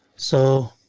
so.